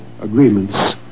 agreements